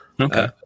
Okay